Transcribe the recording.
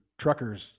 truckers